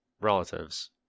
relatives